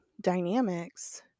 dynamics